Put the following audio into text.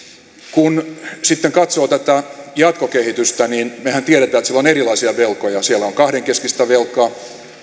kun sitten katsoo tätä jatkokehitystä niin mehän tiedämme että siellä on erilaisia velkoja siellä on kahdenkeskistä velkaa